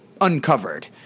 uncovered